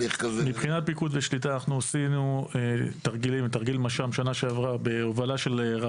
כעיר שנמצאת ממש בחזית של עשרת היישובים שלפחות עד היום ידענו עליהם,